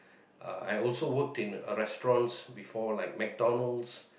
uh I also worked in a restaurant before like McDonald's